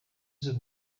z’u